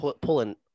pulling